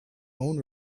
own